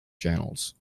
channels